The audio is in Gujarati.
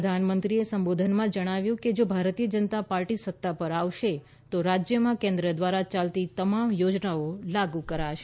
પ્રધાનમંત્રીએ સંબોધનમાં જણાવ્યું કે જો ભારતીય જનતા પાર્ટી સત્તા પર આવશે તો રાજ્યમાં કેન્દ્ર દ્વારા યાલતી તમામ યોજનાઓ લાગુ કરાશે